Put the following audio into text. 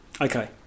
Okay